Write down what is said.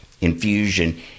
infusion